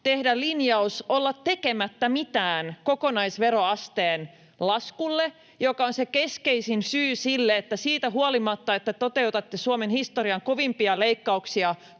tehdä linjaus olla tekemättä mitään kokonaisveroasteen laskulle, mikä on se keskeisin syy sille, että siitä huolimatta, että toteutatte Suomen historian kovimpia leikkauksia